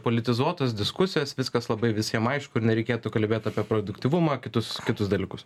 politizuotos diskusijos viskas labai visiem aišku ir nereikėtų kalbėt apie produktyvumą kitus kitus dalykus